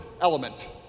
element